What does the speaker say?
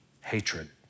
hatred